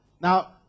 now